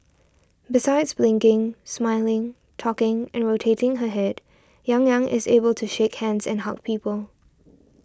besides blinking smiling talking and rotating her head Yang Yang is able shake hands and hug people